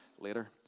later